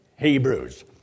Hebrews